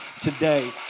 today